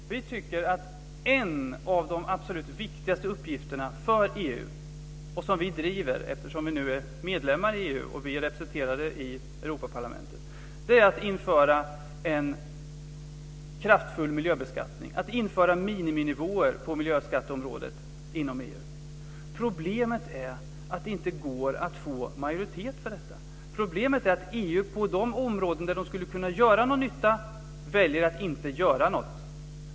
Fru talman! Vi tycker att en av de absolut viktigaste uppgifterna för EU, och som vi driver eftersom vi nu är medlemmar i EU och är representerade i Europaparlamentet, är att införa en kraftfull miljöbeskattning, att införa miniminivåer på miljöskatteområdet inom EU. Problemet är att det inte går att få majoritet för detta. Problemet är att EU på de områden där man skulle kunna göra någon nytta väljer att inte göra något.